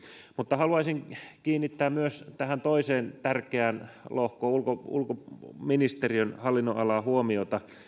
mutta haluaisin kiinnittää myös tähän toiseen tärkeään lohkoon ulkoministeriön hallinnonalaan huomiota